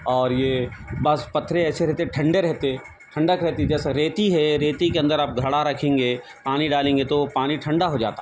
اور یہ بعض پتھرے ایسے رہتے ٹھنڈے رہتے ٹھنڈک رہتی جیسے ریتی ہے ریتی کے اندر آپ گھڑا رکھیں گے پانی ڈالیں گے تو وہ پانی ٹھنڈا ہو جاتا